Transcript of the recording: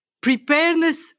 Preparedness